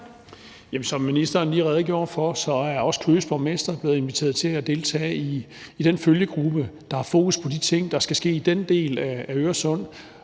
som ministeren lige redegjorde for, er også Køges borgmester blevet inviteret til at deltage i den følgegruppe, der har fokus på de ting, der skal ske i den del af Øresund,